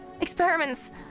Experiments